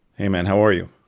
hey, man how are you?